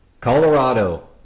Colorado